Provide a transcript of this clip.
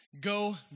Go